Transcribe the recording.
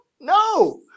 No